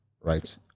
Right